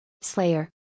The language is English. Slayer